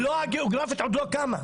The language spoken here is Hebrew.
לא הגיאוגרפית עוד לא קמה.